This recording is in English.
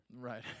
Right